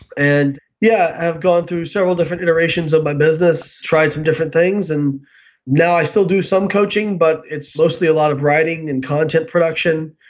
and yeah, i've gone through several different iterations of my business, tried some different things. and now i still do some coaching but it's mostly a lot of writing and content production.